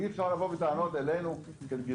אי אפשר לבוא בטענות אלינו על גזענות.